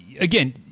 again